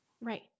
Right